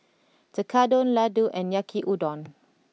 Tekkadon Ladoo and Yaki Udon